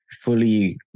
fully